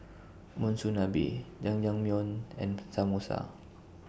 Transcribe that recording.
Monsunabe Jajangmyeon and Samosa